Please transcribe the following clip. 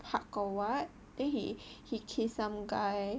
!huh! got what then he he kissed some guy